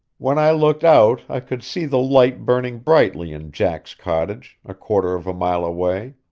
when i looked out i could see the light burning brightly in jack's cottage, a quarter of a mile away.